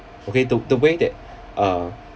okay the the way that uh